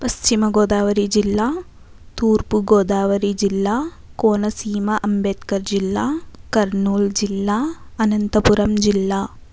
పశ్చిమ గోదావరి జిల్లా తూర్పు గోదావరి జిల్లా కోనసీమ అంబేద్కర్ జిల్లా కర్నూలు జిల్లా అనంతపురం జిల్లా